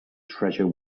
treasure